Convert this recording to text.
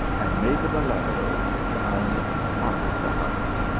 and made the bellado bound as high as a house.